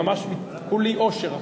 כולי אושר עכשיו.